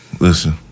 Listen